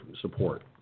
support